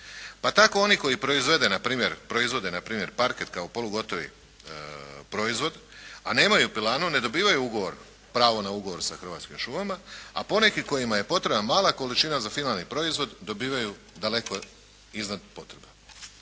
Pa tako oni koji proizvode npr. parket kao polugotovi proizvod a nemaju pilanu, ne dobivaju ugovor, pravo na ugovor sa Hrvatskim šumama, a ponekima kojima je potrebna mala količina za finalni proizvod, dobivaju daleko iznad potrebe.